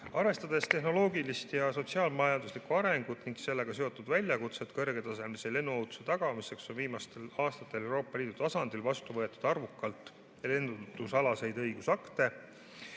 Arvestades tehnoloogilist ja sotsiaal-majanduslikku arengut ning sellega seotud väljakutset kõrgetasemelise lennuohutuse tagamiseks, on viimastel aastatel Euroopa Liidu tasandil vastu võetud arvukalt lennundusalaseid õigusakte